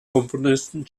komponisten